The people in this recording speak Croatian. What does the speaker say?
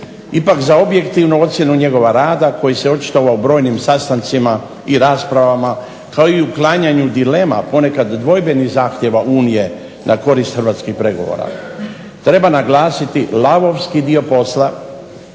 ipak za objektivnu ocjenu njegova rada koji se očitovao brojnim sastancima i raspravama kao i uklanjanjem dilema ponekad dvojbenih zahtjeva Unije na korist hrvatskih pregovora. Treba naglasiti lavovski dio posla